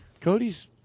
Cody's